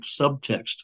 subtext